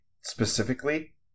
Specifically